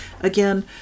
Again